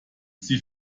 sie